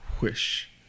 wish